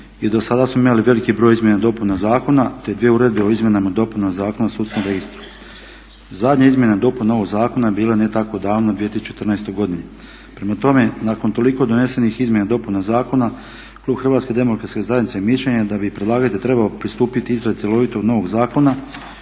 i do sada smo imali veliki broj izmjena i dopuna zakona te dvije uredbe o izmjenama i dopunama Zakona o sudskom registru. Zadnja izmjena i dopuna ovog zakona bila je ne tako u davno 2014. godini. Prema tome, nakon toliko donesenih izmjena i dopuna zakona klub HDZ-a mišljenja je da bi predlagatelj trebao pristupiti izradi cjelovitog novog zakona